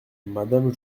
madame